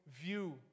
view